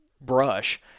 brush